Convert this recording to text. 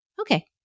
Okay